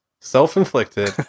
Self-inflicted